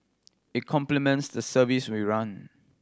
it complements the service we run